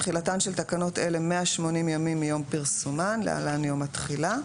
תחילתן של תקנות אלה 180 ימים מיום פרסומן (להלן- יום התחילה)